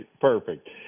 perfect